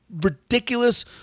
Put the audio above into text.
ridiculous